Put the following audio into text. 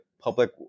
public